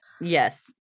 Yes